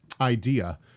idea